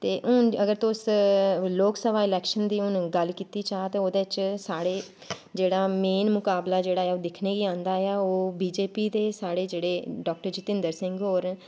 ते हून तुस लोकसभा इलैक्शन दी हून गल्ल कीती जा ते ओह्दे च साढ़े जेह्ड़ा मेन मकाबला जेह्ड़ा ऐ ओह् दिक्खने गी आंदा ऐ ओह् बी जे पी ते साढ़े जेह्ड़े डाक्टर जितेंद्र सिंह होर